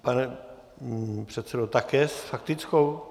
Pane předsedo, také s faktickou.